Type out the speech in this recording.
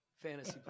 Fantasy